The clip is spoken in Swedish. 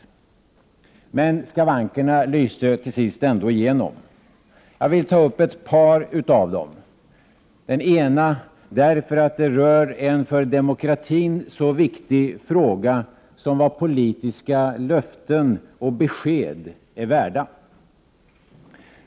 1 Men skavankerna lyste till sist ändå igenom. Jag vill ta upp ett par av dem, den ena därför att det rör en för demokratin så viktig fråga som vad våra politiska löften och besked är värda.